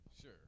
Sure